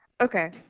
Okay